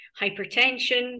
hypertension